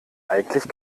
eigentlich